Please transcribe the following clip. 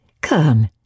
Come